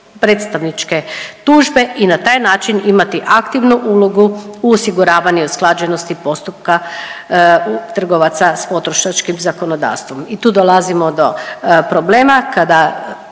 predstavničke tužbe i na taj način imati aktivnu ulogu u osiguravanju i usklađenosti postupka trgovaca s potrošačkim zakonodavstvom. I tu dolazimo do problema kada